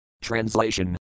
Translation